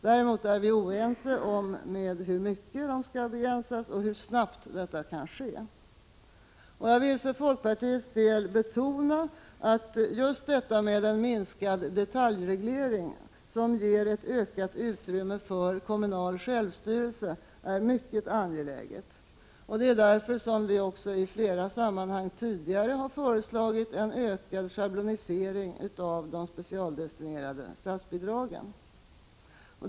Däremot är vi oense om hur mycket man skall begränsa och hur snabbt detta kan ske. Jag vill för folkpartiets del betona att just detta med en minskad detaljreglering som ger ett ökat utrymme för kommunal självstyrelse är mycket angeläget. Det är därför vi också i flera sammanhang tidigare föreslagit en ökad schablonisering av de specialdestinerade statsbidragen.